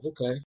okay